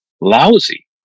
lousy